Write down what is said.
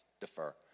defer